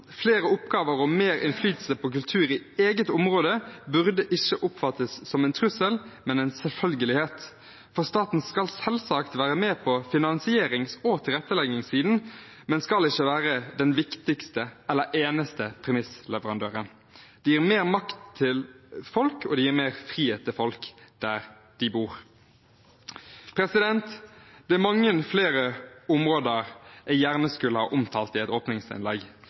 Flere oppgaver og mer innflytelse på kultur i eget område burde ikke oppfattes som en trussel, men som en selvfølgelighet. Staten skal selvsagt være med på finansierings- og tilretteleggingssiden, men ikke være den viktigste eller eneste premissleverandøren. Det gir mer makt til folk, og det gir mer frihet til folk der de bor. Det er mange flere områder jeg gjerne skulle ha omtalt i et åpningsinnlegg,